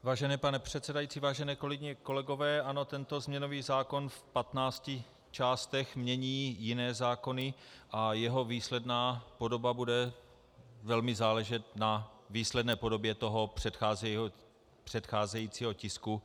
Vážený pane předsedající, vážené kolegyně, kolegové, ano, tento změnový zákon v patnácti částech mění jiné zákony a jeho výsledná podoba bude velmi záležet na výsledné podobě předcházejícího tisku.